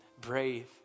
brave